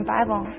Bible